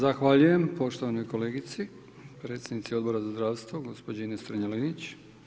Zahvaljujem poštovanoj kolegici, predsjednici Odbora za zdravstvo gospođi Ines Strenja-Linić.